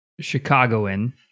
chicagoan